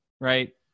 right